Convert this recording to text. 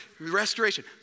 restoration